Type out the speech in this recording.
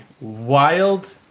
wild